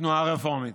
התנועה הרפורמית.